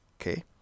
okay